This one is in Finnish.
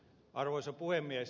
arvoisa puhemies